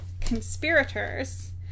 conspirators